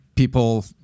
People